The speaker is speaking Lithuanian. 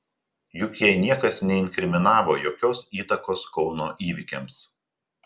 juk jai niekas neinkriminavo jokios įtakos kauno įvykiams